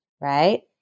right